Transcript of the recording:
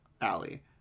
alley